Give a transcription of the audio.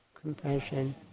compassion